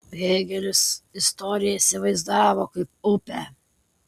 hėgelis istoriją įsivaizdavo kaip upę